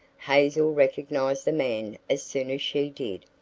hazel recognized the man as soon as she did.